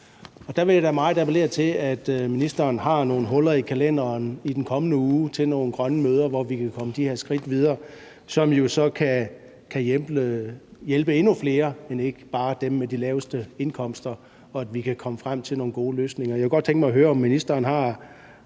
Der vil jeg da meget appellere til, at ministeren har nogle huller i kalenderen i den kommende uge til nogle grønne møder, hvor vi kan komme de her skridt videre, som jo så kan hjælpe endnu flere, og ikke bare dem med de laveste indkomster, og at vi kan komme frem til nogle gode løsninger. Og jeg kunne godt tænke mig at høre, om ministeren